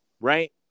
right